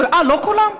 אה, לא כולם?